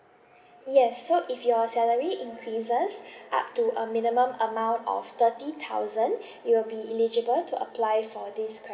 yes so if your salary increases up to a minimum amount of thirty thousand you'll be eligible to apply for this credit